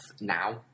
now